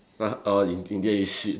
uh orh in the in the end he shit